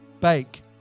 bake